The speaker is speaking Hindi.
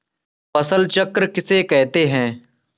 फसल चक्र किसे कहते हैं?